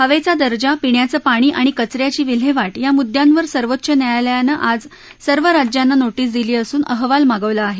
हवेचा दर्जा पिण्याचं पाणी आणि कच याची विल्हेवा या मुद्यांवर सर्वोच्च न्यायालयानं काल सर्व राज्यांना नो स दिली असून अहवाल मागवला आहे